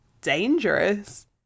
dangerous